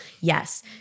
Yes